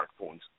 smartphones